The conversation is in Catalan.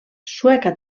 sueca